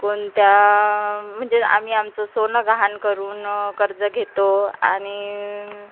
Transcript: कोणत्या म्हणजे आम्ही आमचं सोनं गहाण करून कर्ज घेतो आणि